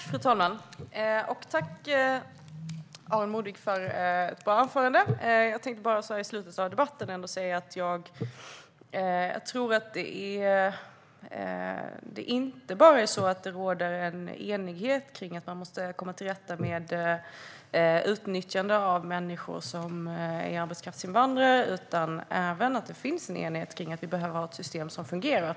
Fru talman! Tack, Aron Modig, för ett bra anförande! Jag tänkte bara så här mot slutet av debatten ändå säga att det inte bara råder en enighet om att man måste komma till rätta med utnyttjande av människor som är arbetskraftsinvandrare, utan jag tror att det även finns en enighet om att vi behöver ha ett system som fungerar.